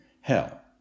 hell